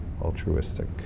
altruistic